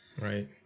Right